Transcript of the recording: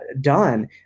done